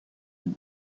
inne